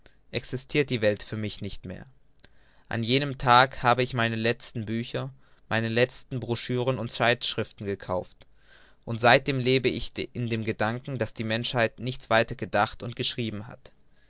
existirt die welt für mich nicht mehr an jenem tage habe ich meine letzten bücher meine letzten brochuren und zeitschriften gekauft und seitdem lebe ich in dem gedanken daß die menschheit nichts weiter gedacht und geschrieben hat